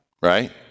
right